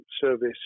service